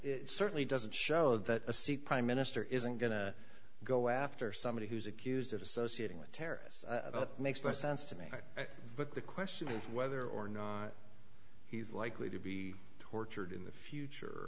it certainly doesn't show that a sikh prime minister isn't going to go after somebody who's accused of associating with terrorists makes less sense to me but the question is whether or not he's likely to be tortured in the future